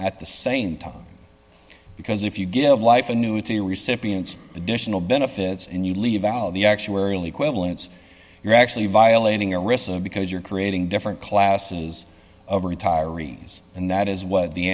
at the same time because if you give life annuity recipients additional benefits and you leave out the actuarially equivalents you're actually violating your risk because you're creating different classes of retirees and that is